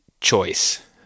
choice